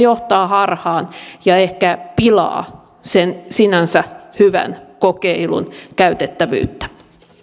johtavat harhaan ja ehkä pilaavat sen sinänsä hyvän kokeilun käytettävyyttä